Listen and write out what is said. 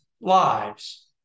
lives